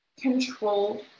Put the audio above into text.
controlled